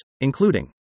including